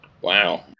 wow